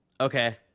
okay